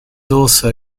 also